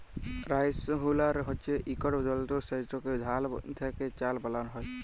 rice huller হছে ইকট যল্তর যেটতে ধাল থ্যাকে চাল বালাল হ্যয়